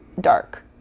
dark